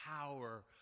power